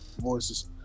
voices